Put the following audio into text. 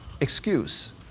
excuse